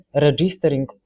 registering